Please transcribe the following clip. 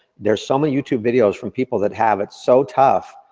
there's so many youtube videos, from people that have it's so tough.